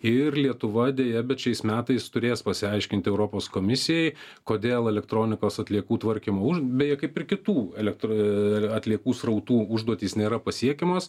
ir lietuva deja bet šiais metais turės pasiaiškinti europos komisijai kodėl elektronikos atliekų tvarkymu beje kaip ir kitų elektro atliekų srautų užduotys nėra pasiekiamos